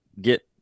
get